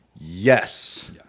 Yes